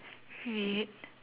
red